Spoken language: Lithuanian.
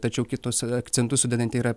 tačiau kitus akcentus sudedanti yra